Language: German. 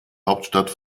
hauptstadt